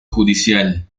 judicial